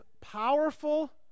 powerful